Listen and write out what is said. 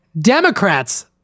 Democrats